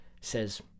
says